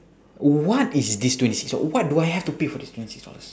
what is this twenty six what do I have to pay for this twenty six dollars